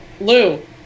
Lou